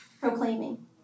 proclaiming